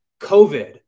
COVID